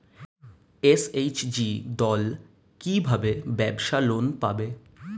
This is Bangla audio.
এস.এইচ.জি দল কী ভাবে ব্যাবসা লোন পাবে?